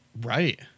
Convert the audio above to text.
right